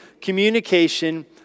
communication